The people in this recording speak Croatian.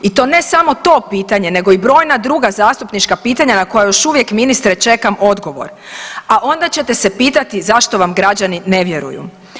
I to ne samo to pitanje nego i brojna druga zastupnička pitanja na koja još uvijek ministre čekam odgovor, a onda ćete se pitati zašto vam građani ne vjeruju.